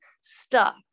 stuck